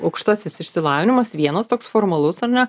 aukštasis išsilavinimas vienas toks formalus ar ne